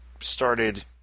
started